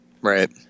Right